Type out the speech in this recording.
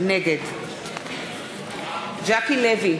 נגד ז'קי לוי,